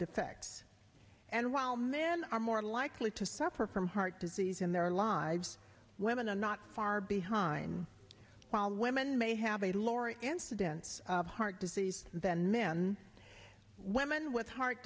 defects and while men are more likely to suffer from heart disease in their lives women are not far behind while women may have a lower incidence of heart disease than men women with heart